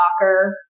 soccer